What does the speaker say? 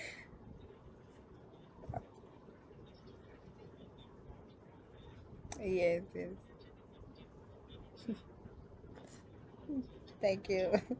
yes yes thank you